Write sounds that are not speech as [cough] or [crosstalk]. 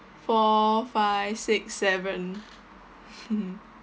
four five six seven [laughs]